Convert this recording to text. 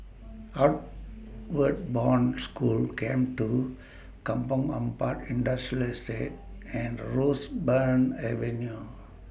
Outward Bound School Camp two Kampong Ampat Industrial Estate and Roseburn Avenue